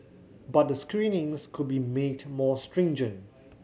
but the screenings could be made more stringent